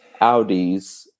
Audis